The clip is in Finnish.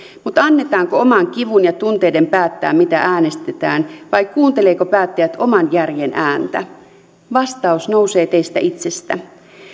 mutta annetaanko oman kivun ja tunteiden päättää mitä äänestetään vai kuuntelevatko päättäjät oman järjen ääntä vastaus nousee teistä itsestänne